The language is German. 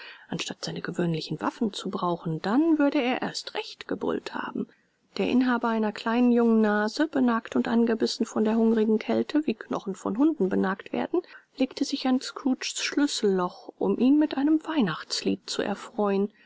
anstatt seine gewöhnlichen waffen zu brauchen dann würde er erst recht gebrüllt haben der inhaber einer kleinen jungen nase benagt und angebissen von der hungrigen kälte wie knochen von hunden benagt werden legte sich an scrooges schlüsselloch um ihn mit einem weihnachtslied zu erfreuen